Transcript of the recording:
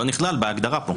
זה לא נכלל בהגדרה פה.